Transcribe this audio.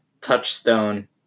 Touchstone